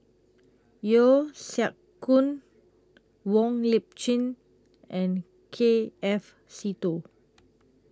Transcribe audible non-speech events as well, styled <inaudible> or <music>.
<noise> Yeo Siak Goon Wong Lip Chin and K F Seetoh